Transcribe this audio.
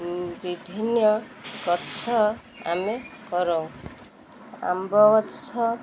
ବିଭିନ୍ନ ଗଛ ଆମେ କରୁଉଁ ଆମ୍ବ ଗଛ